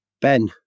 Ben